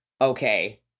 okay